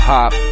Hop